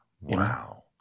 Wow